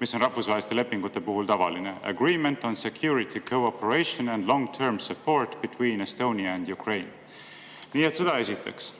mis on rahvusvaheliste lepingute puhul tavaline. "Agreement on security cooperation and long-term support between Estonia and Ukraine".Ja teiseks,